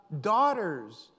daughters